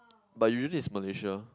but usually it's malaysia